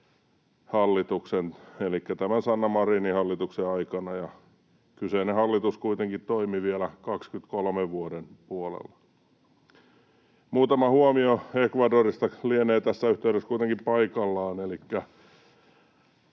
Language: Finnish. hallituksen elikkä Sanna Marinin hallituksen aikana. Kyseinen hallitus kuitenkin toimi vielä vuoden 23 puolella. Muutama huomio Ecuadorista lienee tässä yhteydessä kuitenkin paikallaan: